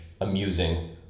amusing